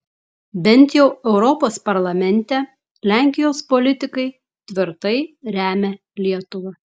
bent jau europos parlamente lenkijos politikai tvirtai remia lietuvą